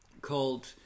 called